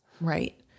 Right